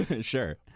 sure